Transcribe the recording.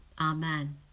Amen